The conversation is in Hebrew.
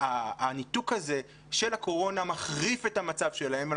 הניתוק הזה של הקורונה מחריף את המצב שלהם.